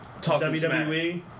WWE